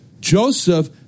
Joseph